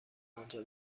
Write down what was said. آنجا